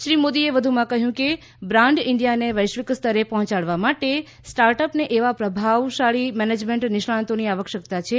શ્રી મોદીએ કહ્યું કે બ્રાંડ ઇન્ડિયાને વૈશ્વિક સ્તરે પહોંચાડવા માટે સ્ટાર્ટઅપને એવા પ્રતિભાશાળી મેનેજમેન્ટ નિષ્ણાતોની આવશ્યકતા છે